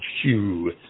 shoe